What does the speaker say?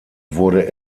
wurde